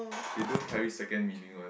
they don't carry second meaning one